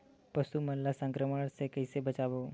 पशु मन ला संक्रमण से कइसे बचाबो?